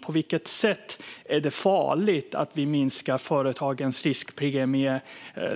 På vilket sätt är det farligt att vi minskar företagens riskpremie